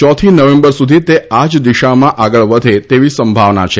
ચોથી નવેમ્બર સુધી તે આ જ દિશામાં આગળ વધે તેવી સંભાવના છે